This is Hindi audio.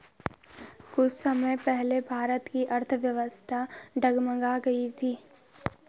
कुछ समय पहले भारत की अर्थव्यवस्था डगमगा गयी थी